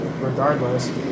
regardless